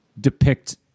depict